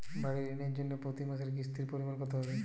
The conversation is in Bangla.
বাড়ীর ঋণের জন্য প্রতি মাসের কিস্তির পরিমাণ কত হবে?